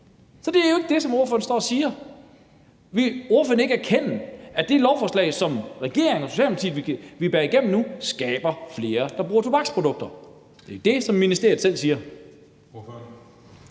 Så det er jo ikke det, som ordføreren står og siger. Vil ordføreren ikke erkende, at det lovforslag, som regeringen og Socialdemokratiet vil bære igennem nu, skaber flere, der bruger tobaksprodukter? Det er det, som ministeriet selv siger.